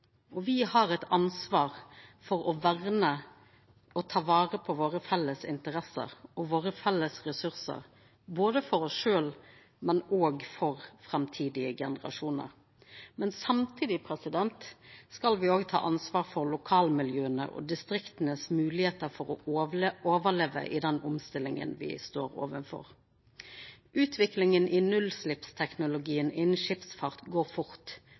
har eit ansvar for å verna og ta vare på våre felles interesser og våre felles ressursar, både for oss sjølve og for framtidige generasjonar. Samtidig skal me òg ta ansvar for lokalmiljøa og distrikta sine moglegheiter for å overleva i den omstillinga me står overfor. Utviklinga i nullutsleppsteknologien innan skipsfart går fort,